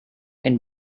and